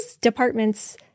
departments